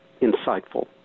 insightful